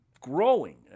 growing